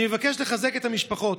אני מבקש לחזק את המשפחות,